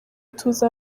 tuzi